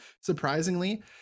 surprisingly